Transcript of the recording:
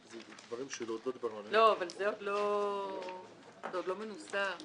היינו באמצע וגם את מה שביקשתם לתקן,